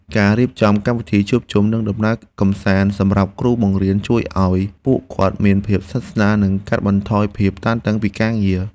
ការរៀបចំកម្មវិធីជួបជុំនិងដំណើរកម្សាន្តសម្រាប់គ្រូបង្រៀនជួយឱ្យពួកគាត់មានភាពស្និទ្ធស្នាលនិងកាត់បន្ថយភាពតានតឹងពីការងារ។